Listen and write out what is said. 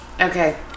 Okay